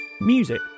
music